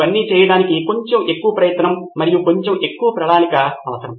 ఇవన్నీ చేయడానికి కొంచెం ఎక్కువ ప్రయత్నం మరియు కొంచెం ఎక్కువ ప్రణాళిక అవసరం